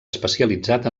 especialitzat